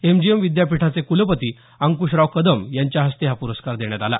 MGM विद्यापीठाचे कुलपती अंकुशराव कदम यांच्या हस्ते हा प्रस्कार देण्यात आला